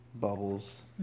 bubbles